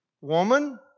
Woman